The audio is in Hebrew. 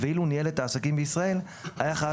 ואילו ניהל את העסקים בישראל היה חייב